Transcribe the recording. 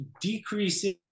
decreasing